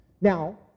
Now